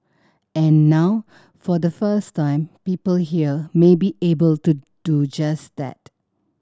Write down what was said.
and now for the first time people here may be able to do just that